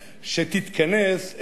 שתתכנס,